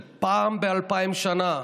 של פעם באלפיים שנה,